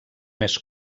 més